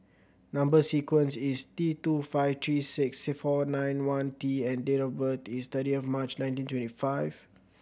number sequence is T two five three six four nine one T and date of birth is thirtieth March nineteen twenty five